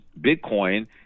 Bitcoin